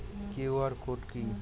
QR code কি?